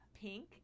Pink